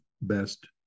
best